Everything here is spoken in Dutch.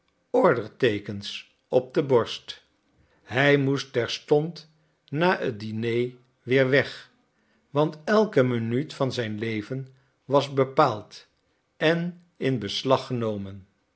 orderteekens op de borst hij moest terstond na het diner weer weg want elke minuut van zijn leven was bepaald en in beslag genomen